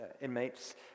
inmates